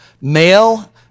Male